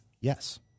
Yes